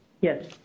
Yes